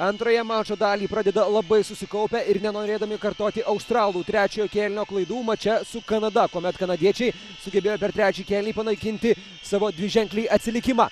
antrąją mačo dalį pradeda labai susikaupę ir nenorėdami kartoti australų trečiojo kėlinio klaidų mače su kanada kuomet kanadiečiai sugebėjo per trečią kėlinį panaikinti savo dviženklį atsilikimą